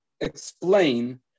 explain